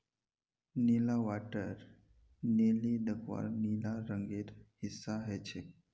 नीली water lily दख्वार नीला रंगेर हिस्सा ह छेक